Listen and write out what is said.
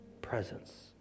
Presence